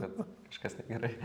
kad kažkas negerai